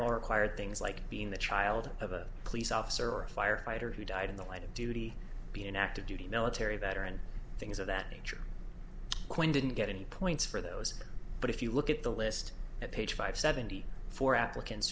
acquired things like being the child of a police officer or a firefighter who died in the line of duty being an active duty military veteran things of that nature quinn didn't get any points for those but if you look at the list at page five seventy four applicants